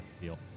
deal